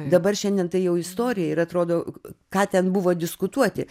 dabar šiandien tai jau istorija ir atrodo ką ten buvo diskutuoti